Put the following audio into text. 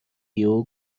یهو